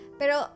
pero